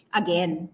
again